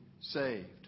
saved